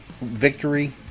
Victory